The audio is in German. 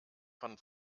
von